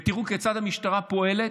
ותראו כיצד המשטרה פועלת.